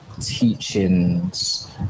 teachings